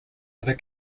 other